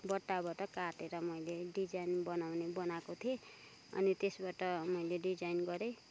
बट्टाबाट काटेर मैले डिजाइन बनाएको थिएँ अनि त्यसबाट मैले डिजाइन गरेँ